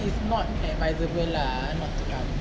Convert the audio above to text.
it's not advisable lah not to come